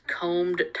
combed